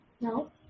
No